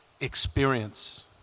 experience